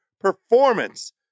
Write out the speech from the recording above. performance